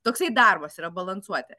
toksai darbas yra balansuoti